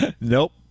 nope